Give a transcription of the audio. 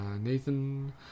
Nathan